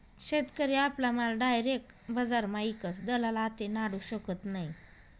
शेतकरी आपला माल डायरेक बजारमा ईकस दलाल आते नाडू शकत नै